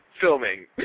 filming